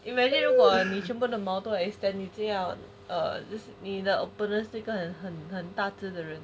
imagine 如果你全部的毛都 extend 你已经要 err 你可能真的是很大只的人